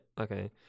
okay